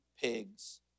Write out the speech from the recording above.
pigs